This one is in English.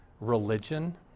religion